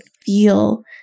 feel